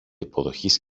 υποδοχής